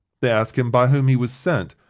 they asked him by whom he was sent,